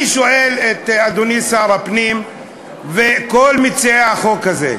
אני שואל את אדוני שר הפנים ואת כל מציעי החוק הזה: